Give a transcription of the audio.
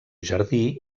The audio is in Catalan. jardí